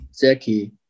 Jackie